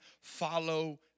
follow